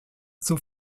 zur